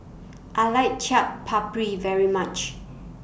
I like Chaat Papri very much